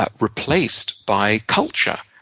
ah replaced by culture.